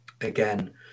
again